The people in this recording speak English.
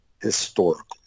historical